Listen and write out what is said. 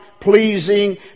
pleasing